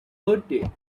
birthday